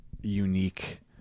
unique